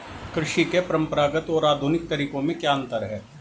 कृषि के परंपरागत और आधुनिक तरीकों में क्या अंतर है?